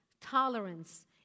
tolerance